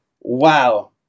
Wow